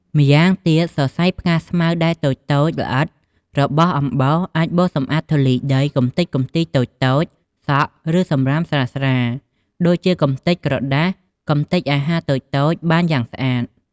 ម៉្យាងទៀត សរសៃផ្កាស្មៅដែលតូចៗ ល្អិត របស់អំបោស អាចបោសសម្អាតធូលីដី កម្ទេចកំទីតូចៗ សក់ ឬសំរាមស្រាលៗ ដូចជាកម្ទេចក្រដាស កម្ទេចអាហារតូចៗ បានយ៉ាងស្អាត។